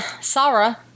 sarah